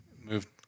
moved